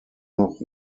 noch